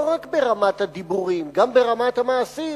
לא רק ברמת הדיבורים, גם ברמת המעשים,